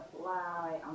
fly